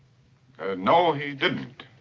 no, he didn't.